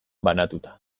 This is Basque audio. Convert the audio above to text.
banatuta